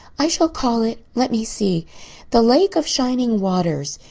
i shall call it let me see the lake of shining waters.